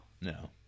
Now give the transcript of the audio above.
No